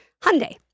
Hyundai